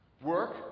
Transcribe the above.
Work